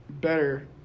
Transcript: better